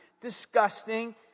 disgusting